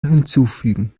hinzufügen